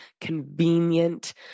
convenient